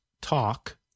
talk